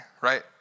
right